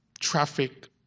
traffic